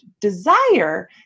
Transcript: Desire